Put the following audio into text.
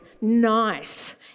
nice